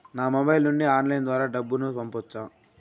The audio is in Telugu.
నా మొబైల్ నుండి ఆన్లైన్ ద్వారా డబ్బును పంపొచ్చా